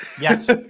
Yes